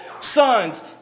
sons